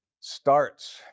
starts